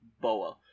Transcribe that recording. Boa